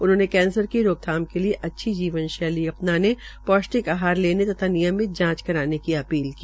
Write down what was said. उन्होनें कैंसर की रोकथाक के लिये अच्छी जीवन शैली अपनाने पौष्टिक आहार लेने तथा नियमित जांच कराने की अपील की